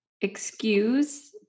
excuse